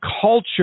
culture